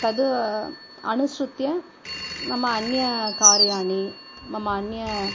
तत् अनुसृत्य मम अन्यकार्याणि मम अन्य